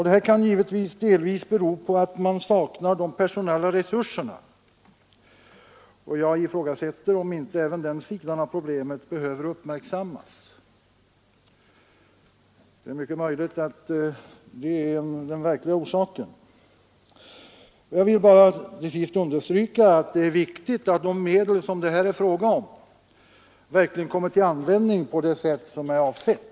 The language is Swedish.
Det här kan självfallet delvis bero på att de personella resurserna saknas, och jag ifrågasätter om inte även den sidan av problemet behöver uppmärksammas. Det är mycket möjligt att detta är den verkliga orsaken. Jag vill till sist bara understryka att det är viktigt att de medel som det här är fråga om verkligen kommer till användning på det sätt som är avsett.